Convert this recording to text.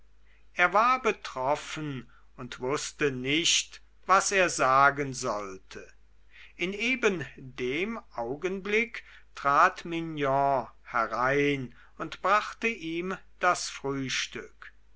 er war betroffen und wußte nicht was er sagen sollte in eben dem augenblick trat mignon herein und brachte ihm das frühstück